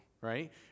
right